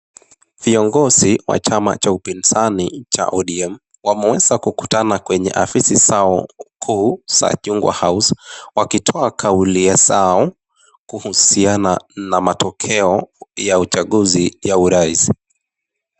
Viongozi wa chama cha upinzani cha ODM, wameweza kukutana kwenye ofisi zao kuu za Chungwa House wakitoa kauli zao kuhusiana na matokeo ya uchaguzi ya urais.